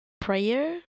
prayer